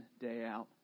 day-out